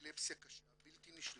מאפילפסיה קשה, בלתי נשלטת,